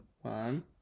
One